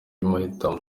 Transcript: mahitamo